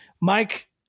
Mike